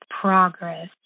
progress